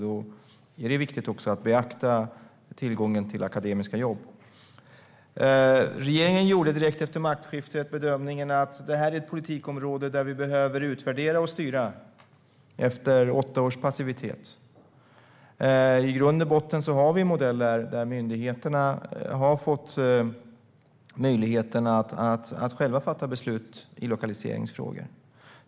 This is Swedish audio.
Då är det viktigt att beakta tillgången till akademiska jobb. Regeringen gjorde direkt efter maktskiftet bedömningen att det här är ett politikområde där vi behöver utvärdera och styra efter åtta års passivitet. I grund och botten har vi modeller där myndigheterna har fått möjligheten att själva fatta beslut i lokaliseringsfrågor.